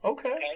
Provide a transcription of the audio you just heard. Okay